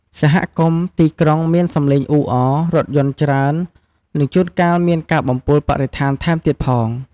សហគមន៍ទីក្រុងមានសំឡេងអ៊ូអរ រថយន្តច្រើន និងជួនកាលមានការបំពុលបរិស្ថានថែមទៀតផង។